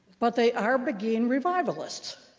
but they are beguine revivalists.